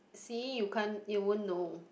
see you can't you wouldn't know